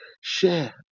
Share